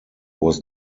was